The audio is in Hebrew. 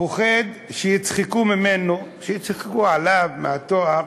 פוחד שיצחקו ממנו, שיצחקו עליו בגלל התואר